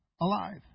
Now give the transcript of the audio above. alive